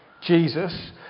Jesus